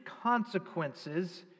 consequences